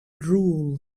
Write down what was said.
drool